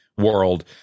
world